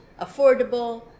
affordable